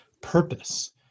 purpose